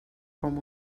com